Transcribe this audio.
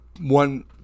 one